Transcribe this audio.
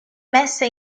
messa